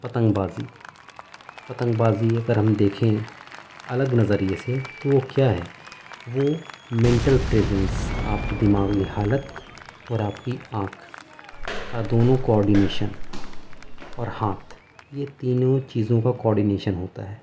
پتنگ بازی پتنگ بازی اگر ہم دیکھیں الگ نظریے سے تو وہ کیا ہے وہ مینٹل پریزنس آپ کی دماغی حالت اور آپ کی آنکھ کا دونوں کاڈینیشن اور ہاتھ یہ تینوں چیزوں کا کاڈینیشن ہوتا ہے